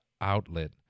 outlet